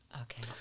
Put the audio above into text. Okay